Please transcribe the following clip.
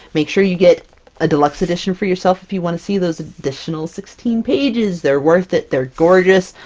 make sure you get a deluxe edition for yourself, if you want to see those additional sixteen pages! they're worth it! they're gorgeous!